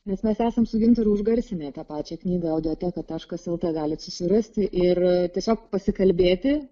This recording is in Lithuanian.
nes mes esam su gintaru užgarsinę pačią knygą audioteka taškas el t galit susirasti ir tiesiog pasikalbėti